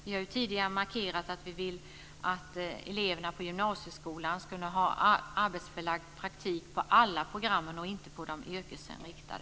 Vi har tidigare markerat att vi vill att eleverna på gymnasieskolan ska ha arbetsplatsförlagd praktik på alla program och inte bara på de yrkesinriktade.